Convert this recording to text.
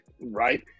Right